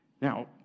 Now